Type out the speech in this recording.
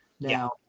now